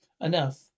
Enough